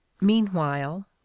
Meanwhile